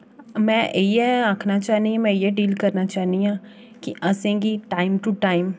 में इ'यै आखना चाह्नी में इ'यै डील करना चाह्नी आं कि असें गी टाइम टू टाइम